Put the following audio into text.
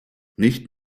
nicht